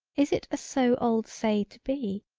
is it a so old say to be,